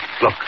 Look